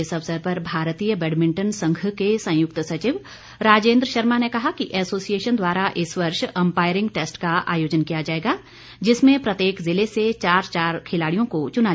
इस अवसर पर भारतीय बैडमिंटन संघ के संयुक्त सचिव राजेंद्र शर्मा ने कहा कि एसोसिएशन द्वारा इस वर्ष अम्पायरिंग टेस्ट का आयोजन किया जाएगा जिसमें प्रत्येक जिले से चार चार खिलाड़ियों को चुना जाएगा